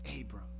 Abram